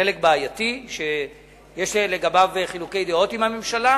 חלק בעייתי שיש לגביו חילוקי דעות עם הממשלה,